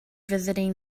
visiting